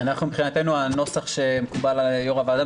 מבחינתנו הנוסח שמקובל על יושב ראש הוועדה,